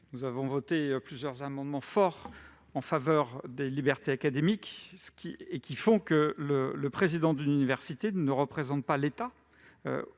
Nous avons voté plusieurs amendements forts en faveur des libertés académiques, au titre desquelles le président d'une université ne représente pas l'État